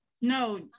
No